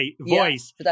voice